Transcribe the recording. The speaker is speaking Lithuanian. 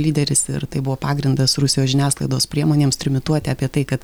lyderis ir tai buvo pagrindas rusijos žiniasklaidos priemonėms trimituoti apie tai kad